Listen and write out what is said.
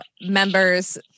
members